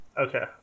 Okay